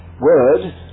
word